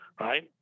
right